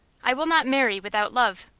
i will not marry without love.